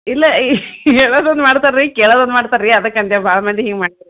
ಇಲ್ಲ ಹೇಳೋದೊಂದು ಮಾಡ್ತಾರೆ ರೀ ಕೇಳೋದೊಂದ್ ಮಾಡ್ತಾರೆ ರೀ ಅದಕ್ಕೆ ಅಂದೆ ಭಾಳ ಮಂದಿ ಹೀಗೆ ಮಾ